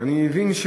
אני מבין,